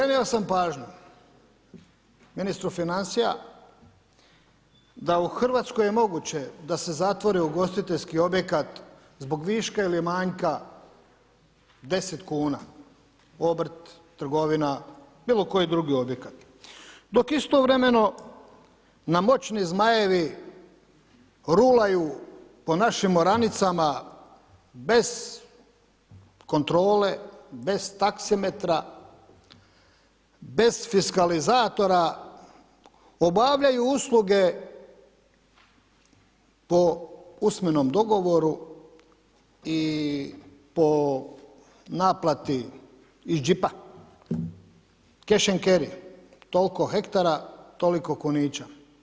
Skrenuo sam pažnju ministru financija da u Hrvatskoj je moguće da se zatvore ugostiteljski objekat zbog viška ili manjka 10 kuna, obrt, trgovina, bilo koji drugi objekat, dok istovremeno nam moćni zmajevi rulaju po našim oranicama bez kontrole, bez taksimetra, bez fiskalizatora, obavljaju usluge po usmenom dogovoru i po naplati iz džipa, cash and carry, toliko hektara, toliko kunića.